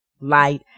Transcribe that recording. light